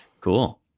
Cool